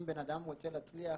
אם בנאדם רוצה להצליח